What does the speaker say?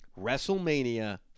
WrestleMania